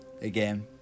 again